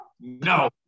No